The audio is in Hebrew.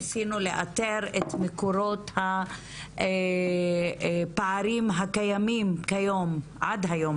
ניסינו לאתר את מקורות הפערים הקיימים עד היום